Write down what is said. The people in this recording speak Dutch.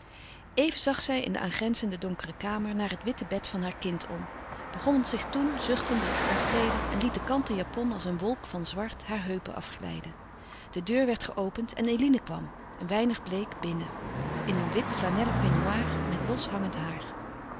even zag zij in de aangrenzende donkere kamer naar het witte bed van haar kind om begon zich toen zuchtende te ontkleeden en liet de kanten japon als een wolk van zwart haar heupen afglijden de deur werd geopend en eline kwam een weinig bleek binnen in een wit flanellen peignoir met los hangend haar